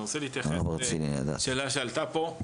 אני רוצה להתייחס לשאלה שעלתה פה,